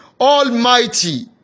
Almighty